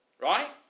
Right